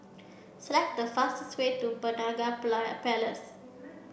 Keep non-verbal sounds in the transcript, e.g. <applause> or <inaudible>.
select the fastest way to Penaga <unintelligible> Place